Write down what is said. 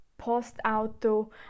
post-auto